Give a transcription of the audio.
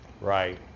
Right